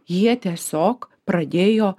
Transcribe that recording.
jie tiesiog pradėjo